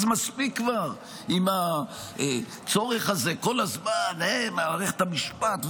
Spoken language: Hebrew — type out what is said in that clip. אז מספיק כבר עם הצורך הזה כל הזמן: מערכת המשפט,